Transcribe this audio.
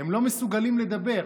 הם לא מסוגלים לדבר.